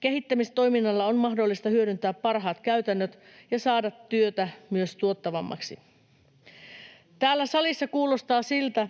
Kehittämistoiminnalla on mahdollista hyödyntää parhaat käytännöt ja saada työtä myös tuottavammaksi. Täällä salissa kuulostaa siltä,